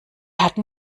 hatten